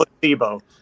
placebo